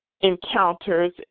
encounters